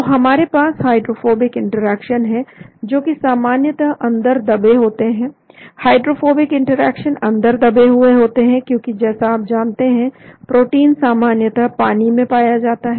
तो हमारे पास हाइड्रोफोबिक इंटरेक्शन है जो कि सामान्यतः अंदर दबे होते हैं हाइड्रोफोबिक इंटरेक्शन अंदर दबे हुए होते हैं क्योंकि जैसा आप जानते हैं प्रोटीन सामान्यतः पानी में पाया जाता है